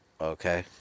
Okay